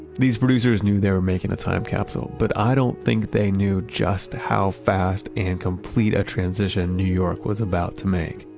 these producers knew they were making a time capsule. but i don't think they knew just how fast and complete a transition new york was about to make.